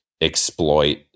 exploit